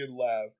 laugh